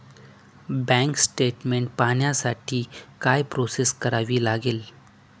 Bank statement पाहण्यासाठी काय process करावी लागेल?